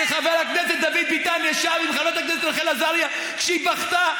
כשחבר הכנסת דוד ביטן ישב עם חברת הכנסת רחל עזריה כשהיא בכתה,